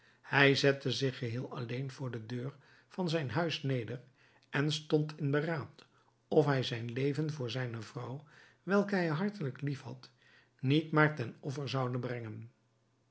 hij zette zich geheel alleen voor de deur van zijn huis neder en stond in beraad of hij zijn leven voor zijne vrouw welke hij hartelijk lief had niet maar ten offer zoude brengen